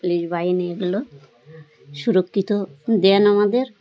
police বাড়ি নিয়ে গেল সুরক্ষিত দেন আমাদের